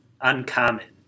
uncommon